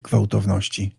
gwałtowności